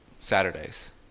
saturdays